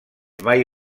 mai